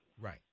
Right